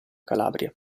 calabria